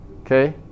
Okay